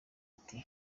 ati